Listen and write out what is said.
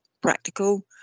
practical